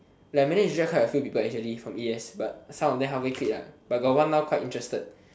like manage to join quite a few people actually from e_s but some of them halfway quit lah but got one now quite interested